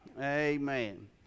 Amen